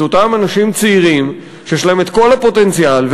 אותם אנשים צעירים שיש להם כל הפוטנציאל,